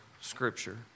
Scripture